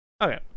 Okay